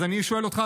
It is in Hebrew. אז אני שואל אותך,